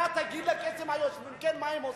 אתה תגיד לקייסים היושבים כאן מה הם עושים?